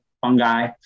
fungi